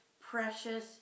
precious